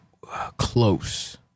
close